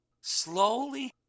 slowly